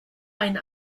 ein